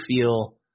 feel